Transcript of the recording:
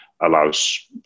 allows